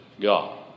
God